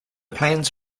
plans